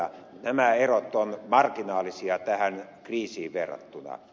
nämä erot ovat marginaalisia tähän kriisiin verrattuna